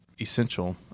Essential